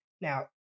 Now